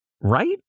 right